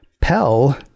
Pell